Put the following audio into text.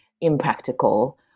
impractical